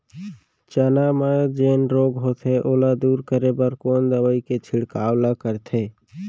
चना म जेन रोग होथे ओला दूर करे बर कोन दवई के छिड़काव ल करथे?